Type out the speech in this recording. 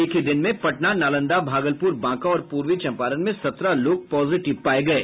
एक ही दिन में पटना नालंदा भागलपुर बांका और पूर्वी चंपारण में सत्रह लोग पॉजिटिव पाये गये